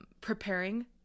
preparing